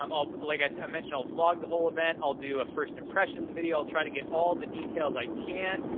um like as i mentioned, i'll vlog the whole event, i'll do a first impressions video, i'll try to get all the details i can.